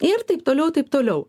ir taip toliau taip toliau